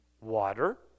water